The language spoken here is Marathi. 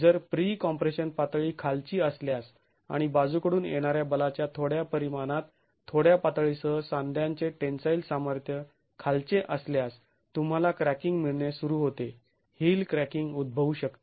जर प्री कॉम्प्रेशन पातळी खालची असल्यास आणि बाजूकडून येणाऱ्या बलाच्या थोड्या परिमाणात थोड्या पातळीसह साध्यांचे टेन्साईल सामर्थ्य खालचे असल्यास तुम्हाला क्रॅकिंग मिळणे सुरू होते हिल क्रॅकिंग उद्भवू शकते